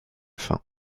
faim